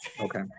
Okay